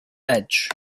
edge